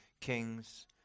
kings